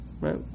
right